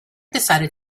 decided